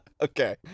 Okay